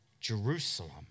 Jerusalem